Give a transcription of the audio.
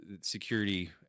security